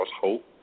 hope